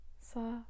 sa